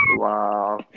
Wow